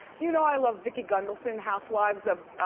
you know i love vicki gunvalson, housewives of